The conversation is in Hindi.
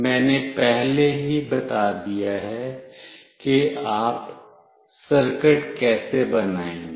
मैंने पहले ही बता दिया है कि आप सर्किट कैसे बनाएंगे